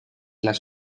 las